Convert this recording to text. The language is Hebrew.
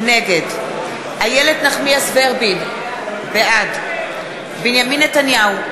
נגד איילת נחמיאס ורבין, בעד בנימין נתניהו,